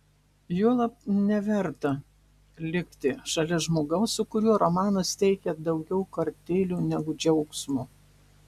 juolab neverta likti šalia žmogaus su kuriuo romanas teikia daugiau kartėlio negu džiaugsmo